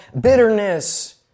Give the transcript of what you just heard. bitterness